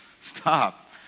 Stop